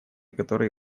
которые